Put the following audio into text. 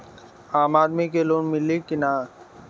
आम आदमी के लोन मिली कि ना?